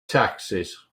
taxes